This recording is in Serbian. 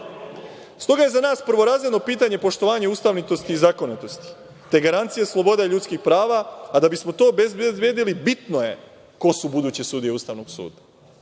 toga je za nas prvorazredno pitanje poštovanje ustavnosti i zakonitosti, te garancija slobode ljudskih prava, a da bismo to obezbedili bitno je ko su buduće sudije Ustavnog suda.